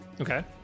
okay